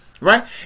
Right